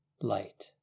light